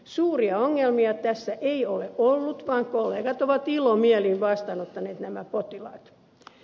suuria ongelmia tässä ei ole ollut vaan kollegat ovat ilomielin vastaanottaneet nämä potilaat